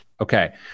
Okay